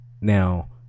now